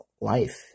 life